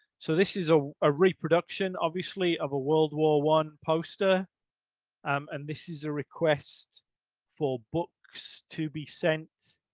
so, this is a a reproduction obviously of a world war one poster and this is a request for books to be sent